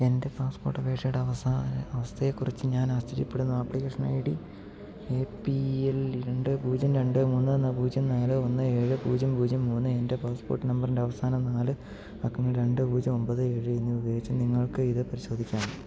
എന്റെ പാസ്പോർട്ട് അപേക്ഷയുടെ അവസാന അവസ്ഥയെക്കുറിച്ച് ഞാൻ ആശ്ചര്യപ്പെടുന്നു application I D A P L രണ്ട് പൂജ്യം രണ്ട് മൂന്ന് പൂജ്യം നാല് ഒന്ന് ഏഴ് പൂജ്യം പൂജ്യം മൂന്ന് എന്റെ പാസ്പോർട്ട് നമ്പറിന്റെ അവസാന നാല് അക്കങ്ങൾ രണ്ട് പൂജ്യം ഒമ്പത് ഏഴ് എന്നിവയുപയോഗിച്ച് നിങ്ങൾക്കിത് പരിശോധിക്കാമോ